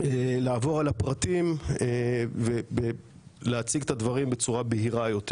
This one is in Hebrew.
לעבור על הפרטים ולהציג את הדברים בצורה בהירה יותר.